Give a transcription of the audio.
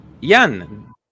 Yan